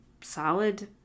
solid